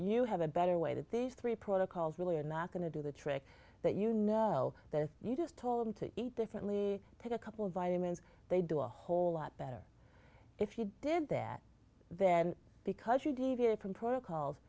you have a better way that these three protocols really are not going to do the trick that you know well that you just told them to eat differently pick a couple of vitamins they do a whole lot better if you did that then because you deviated from protocols